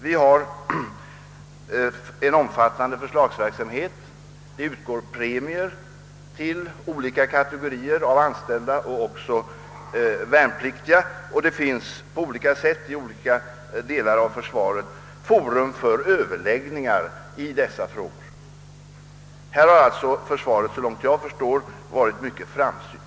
Vi har en omfattande förslagsverksamhet, det utgår premier till olika kategorier av anställda och även till värnpliktiga och det finns på olika håll och i olika delar av försvaret forum för överläggningar i dessa frågor. Här har alltså försvaret, så långt jag kan förstå, varit mycket framsynt.